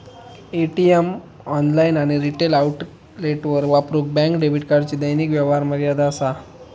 ATM, online आणि retail आउटलेटवर वापरूक बँक डेबिट कार्डची दैनिक व्यवहार मर्यादा असा